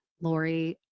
Lori